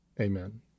Amen